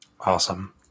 Awesome